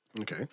Okay